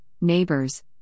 neighbors